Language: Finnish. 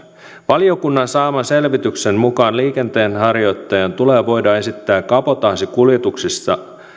valiokunnan saaman selvityksen mukaan liikenteenharjoittajan tulee voida esittää kabotaasikuljetuksissa